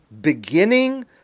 beginning